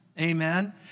Amen